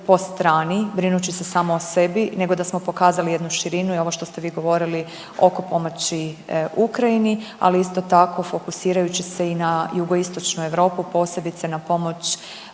po strani brinući se samo o sebi nego da smo pokazali jednu širinu i ovo što ste vi govorili oko pomoći Ukrajini, ali isto tako fokusirajući se i na jugoistočnu Europu, posebice na pomoć